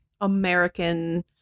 American